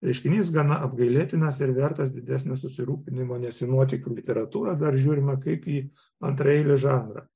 reiškinys gana apgailėtinas ir vertas didesnio susirūpinimo nes į nuotykių literatūrą dar žiūrima kaip jį antraeilį žanrą